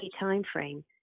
timeframe